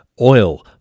Oil